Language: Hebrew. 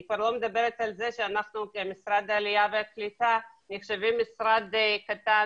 אני כבר לא מדברת על זה שאנחנו כמשרד העלייה והקליטה נחשבים משרד קטן.